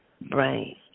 brain